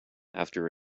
after